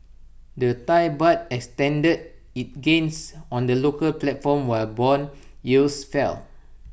the Thai Baht extended its gains on the local platform while Bond yields fell